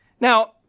Now